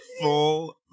full